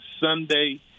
Sunday